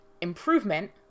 improvement